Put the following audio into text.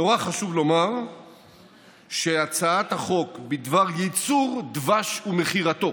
נורא חשוב לומר שהצעת החוק בדבר ייצור דבש ומכירתו